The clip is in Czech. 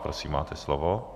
Prosím, máte slovo.